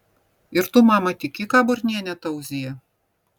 ir tu mama tiki ką burnienė tauzija